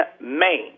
Maine